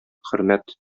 хөрмәт